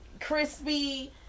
Crispy